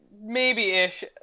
maybe-ish